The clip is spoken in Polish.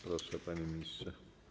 Proszę, panie ministrze.